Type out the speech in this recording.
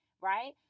Right